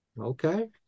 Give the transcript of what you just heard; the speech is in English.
Okay